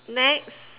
next